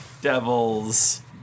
devils